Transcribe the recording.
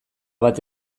bat